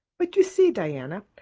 but you see, diana,